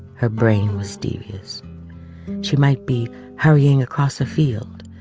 her brain was devious. she might be hurrying across a field,